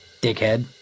dickhead